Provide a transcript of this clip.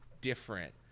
different